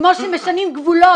כמו שמשנים גבולות,